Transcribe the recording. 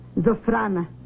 Zofrana